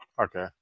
Okay